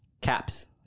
Caps